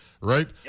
right